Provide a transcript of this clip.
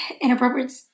inappropriate